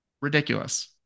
Ridiculous